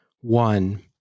One